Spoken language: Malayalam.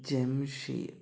ജംഷി